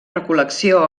recol·lecció